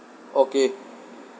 okay